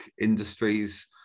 industries